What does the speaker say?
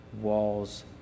walls